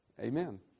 Amen